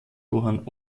johann